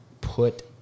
put